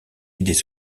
idées